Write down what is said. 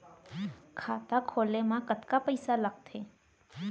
खाता खोले मा कतका पइसा लागथे?